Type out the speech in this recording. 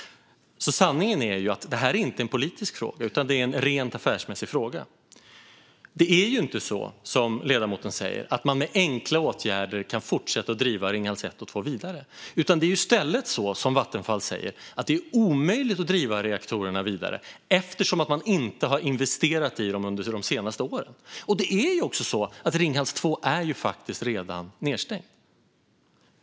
Sanningen är att det här inte är en politisk fråga, utan en rent affärsmässig fråga. Det är inte så som ledamoten säger, att man med enkla åtgärder kan fortsätta att driva Ringhals 1 och 2 vidare. Det är i stället så som Vattenfall säger: Det är omöjligt att driva reaktorerna vidare, eftersom man inte har investerat i dem under de senaste åren. Det är också så att Ringhals 2 redan är nedstängt.